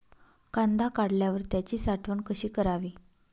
कांदा काढल्यावर त्याची साठवण कशी करावी?